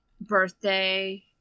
Birthday